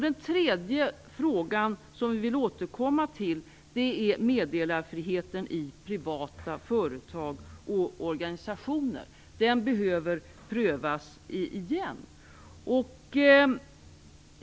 Den tredje fråga som vi vill återkomma till är meddelarfriheten i privata företag och organisationer. Den behöver prövas igen.